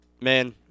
Man